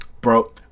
bro